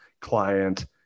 Client